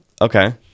Okay